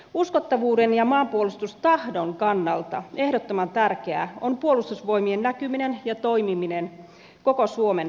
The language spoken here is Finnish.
uskottavuuden ja maanpuolustustahdon kannalta ehdottoman tärkeää on puolustusvoimien näkyminen ja toimiminen koko suomen kattavasti